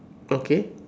okay